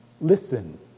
Listen